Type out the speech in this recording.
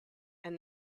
and